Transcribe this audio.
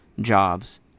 jobs